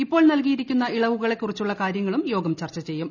ഇപ്പോൾ നൽകിയിരിക്കുന്ന ഇളവുകളെ കുറിച്ചുള്ള കാര്യങ്ങളും യോഗം ചർച്ചു ചെയ്യും